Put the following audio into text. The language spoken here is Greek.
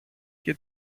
και